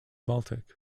baltic